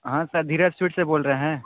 हाँ sir Dheeraj sweets से बोल रहे हैं